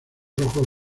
rojos